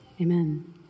Amen